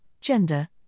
gender